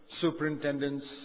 superintendents